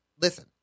listen